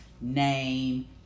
name